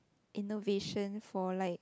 innovation for like